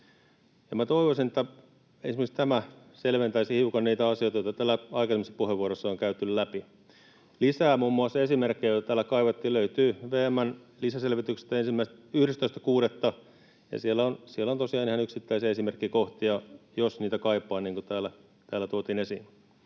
Toivoisin, että esimerkiksi tämä selventäisi hiukan niitä asioita, joita täällä aikaisemmissa puheenvuoroissa on käyty läpi. Lisää muun muassa esimerkkejä, joita täällä kaivattiin, löytyy VM:n lisäselvityksestä 11.6. Siellä on tosiaan ihan yksittäisiä esimerkkikohtia, jos niitä kaipaa, niin kuin täällä tuotiin esiin.